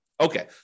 Okay